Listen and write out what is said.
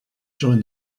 join